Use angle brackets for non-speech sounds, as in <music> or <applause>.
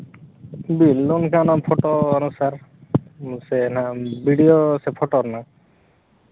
<unintelligible> ᱮᱢᱟᱧ ᱠᱷᱟᱱ ᱫᱚ ᱯᱷᱳᱴᱳ ᱟᱨᱦᱚᱸ <unintelligible> ᱵᱷᱤᱰᱤᱭᱳ ᱥᱮ ᱯᱷᱳᱴᱳ ᱨᱮᱱᱟᱜ